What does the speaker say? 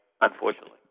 unfortunately